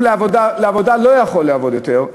הוא לא יכול לעבוד יותר,